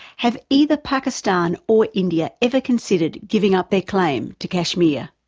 have either pakistan or india ever consider giving up their claim to kashmir?